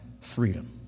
freedom